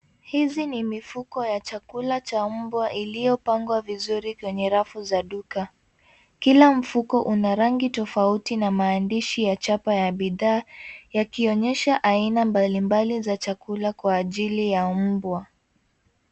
Hizi ni mifuko ya chakula cha mbwa iliyopangwa vizuri kwenye rafu za duka. Kila mfuko una rangi tofauti na maandishi ya chapa ya bidhaa yakionyesha aina mbalimbali za chakula kwa ajili ya mbwa.